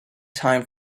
time